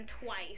twice